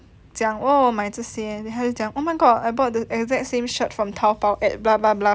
讲 oh 我买这些 then 她就讲 oh my god I bought the exact same shirt from Taobao at bla bla bla price